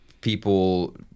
people